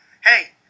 Hey